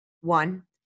One